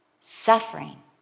suffering